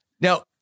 Now